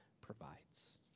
provides